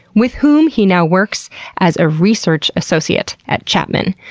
with whom he now works as a research associate at chapman.